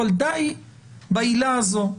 אבל די בעילה הזו.